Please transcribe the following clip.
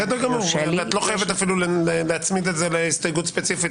בסדר גמור, את לא חייבת להצמיד להסתייגות ספציפית.